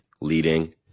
leading